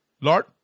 Lord